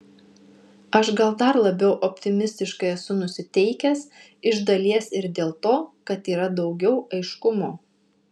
aš gal dar labiau optimistiškai esu nusiteikęs iš dalies ir dėl to kad yra daugiau aiškumo